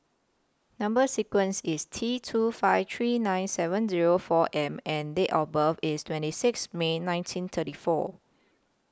Number sequence IS T two five three nine seven Zero four M and Date of birth IS twenty six May nineteen thirty four